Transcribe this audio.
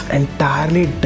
entirely